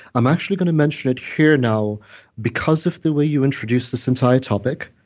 i'm actually going to mention it here now because of the way you introduced this entire topic.